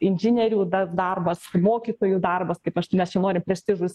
inžinierių da darbas mokytojų darbas kaip aš nesinori prestižus